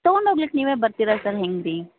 ತೊಗೊಂಡು ಹೋಗ್ಲಿಕ್ಕೆ ನೀವೇ ಬರ್ತೀರ ಸರ್ ಹೆಂಗೆ ರೀ